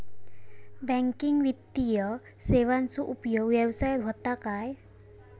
Banking वित्तीय सेवाचो उपयोग व्यवसायात होता काय?